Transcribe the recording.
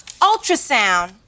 ultrasound